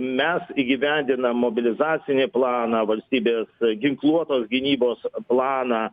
mes įgyvendinam mobilizacinį planą valstybės ginkluotos gynybos planą